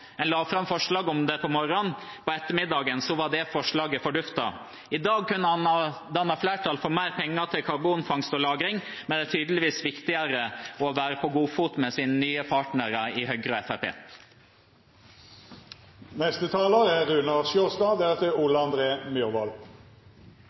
En la fram forslag om det på morgenen. På ettermiddagen var det forslaget forduftet. I dag kunne en ha dannet flertall for mer penger til karbonfangst og -lagring, men det er tydeligvis viktigere å stå på god fot med de nye partnerne, Høyre og